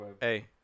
Hey